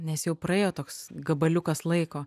nes jau praėjo toks gabaliukas laiko